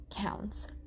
counts